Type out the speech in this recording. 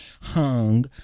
hung